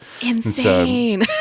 Insane